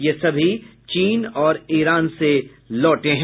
ये सभी चीन और ईरान से लौटे हैं